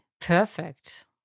perfect